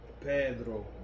Pedro